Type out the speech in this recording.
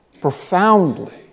profoundly